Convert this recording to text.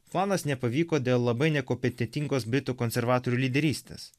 planas nepavyko dėl labai nekompetentingos britų konservatorių lyderystės